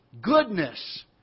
goodness